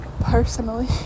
personally